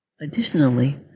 Additionally